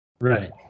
Right